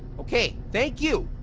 okay. thank you.